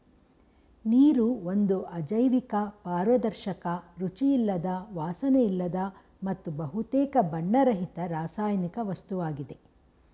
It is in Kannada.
ನೀರು ಒಂದು ಅಜೈವಿಕ ಪಾರದರ್ಶಕ ರುಚಿಯಿಲ್ಲದ ವಾಸನೆಯಿಲ್ಲದ ಮತ್ತು ಬಹುತೇಕ ಬಣ್ಣರಹಿತ ರಾಸಾಯನಿಕ ವಸ್ತುವಾಗಿದೆ